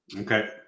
Okay